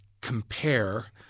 compare